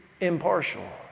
impartial